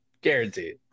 Guaranteed